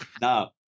no